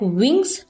wings